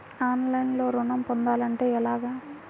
ఆన్లైన్లో ఋణం పొందాలంటే ఎలాగా?